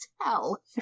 tell